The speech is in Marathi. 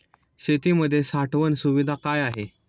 शेतीमध्ये साठवण सुविधा काय आहेत?